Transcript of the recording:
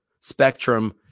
spectrum